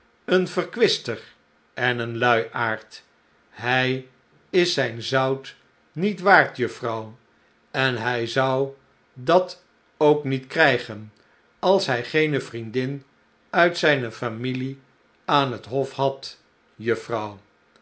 een verkwister en een luiaard hij is zijn zout niet waard juffrouw en hij zou dat ook niet krijgen als hi geene vriendin uit zijne familie aan het hof had juffrouw